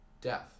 death